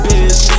Bitch